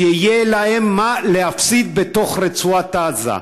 שיהיה להם מה להפסיד בתוך רצועת עזה.